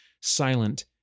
silent